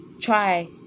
try